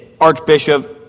archbishop